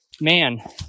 man